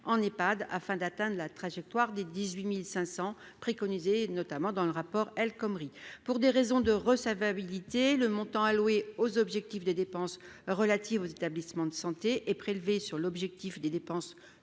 en Ephad afin d'atteindre la trajectoire des 18500 préconisé notamment dans le rapport El Khomri pour des raisons de recevabilité le montant alloué aux objectifs de dépenses relatives aux établissements de santé est prélevé sur l'objectif des dépenses